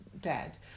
dead